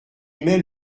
met